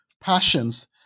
passions